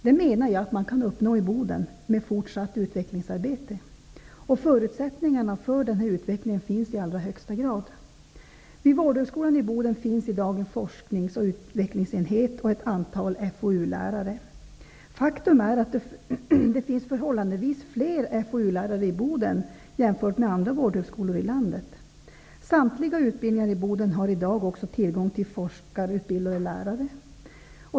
Detta menar jag att man kan uppnå i Boden, med fortsatt utvecklingsarbete. Förutsättningar för detta finns i allra högsta grad. Vid Vårdhögskolan i Boden finns i dag en forsknings och utvecklingsenhet och ett antal FoU lärare. Faktum är att det finns förhållandevis fler Boden har i dag tillgång till forskarutbildade lärare.